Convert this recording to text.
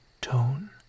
tone